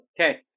Okay